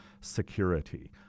security